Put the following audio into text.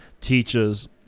teaches